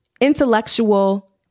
intellectual